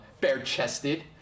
bare-chested